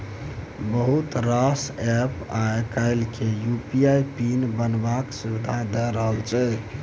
बहुत रास एप्प आइ काल्हि यु.पी.आइ पिन बनेबाक सुविधा दए रहल छै